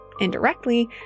indirectly